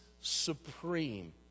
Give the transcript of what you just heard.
supreme